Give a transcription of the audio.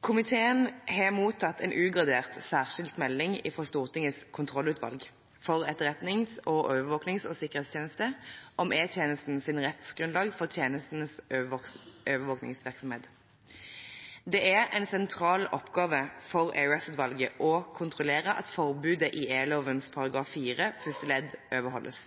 Komiteen har mottatt en ugradert særskilt melding fra Stortingets kontrollutvalg for etterretnings-, overvåkings- og sikkerhetstjeneste om E-tjenestens rettsgrunnlag for tjenestens overvåkingsvirksomhet. Det er en sentral oppgave for EOS-utvalget å kontrollere at forbudet i e-loven § 4 første ledd overholdes.